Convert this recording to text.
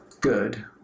good